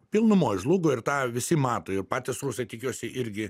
pilnumoj žlugo ir tą visi mato ir patys rusai tikiuosi irgi